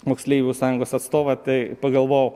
moksleivių sąjungos atstovą tai pagalvojau